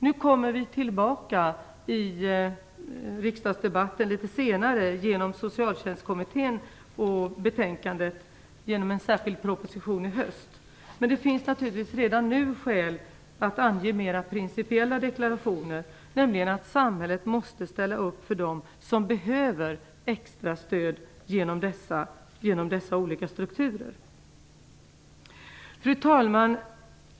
Vi kommer tillbaka i riksdagsdebatten litet senare genom en särskild proposition i höst som bygger på Socialtjänstkommitténs betänkande. Det finns naturligtvis redan nu skäl att ange mera principiella deklarationer, nämligen att samhället genom dessa olika strukturer måste ställa upp för dem som behöver extra stöd. Fru talman!